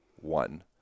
one